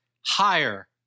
higher